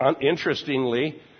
interestingly